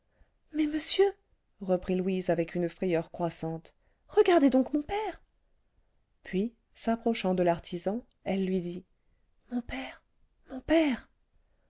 mais monsieur reprit louise avec une frayeur croissante regardez donc mon père puis s'approchant de l'artisan elle lui dit mon père mon père